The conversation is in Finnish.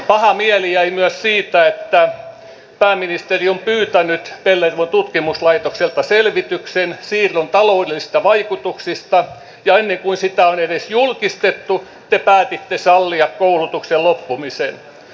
paha mieli jäi myös siitä että pääministeri on pyytänyt pellervon tutkimuslaitokselta selvityksen siirron taloudellisista vaikutuksista ja ennen kuin sitä on edes julkistettu te päätitte sallia koulutuksen loppumisen